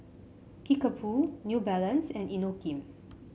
Kickapoo New Balance and Inokim